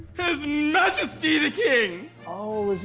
his majesty the king! oh,